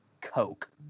Coke